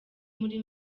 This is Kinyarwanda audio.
muri